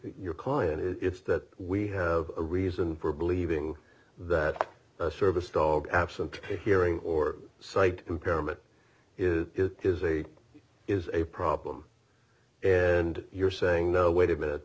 your client it's that we have a reason for believing that a service dog absent a hearing or sight impairment is a is a problem and you're saying no wait a minute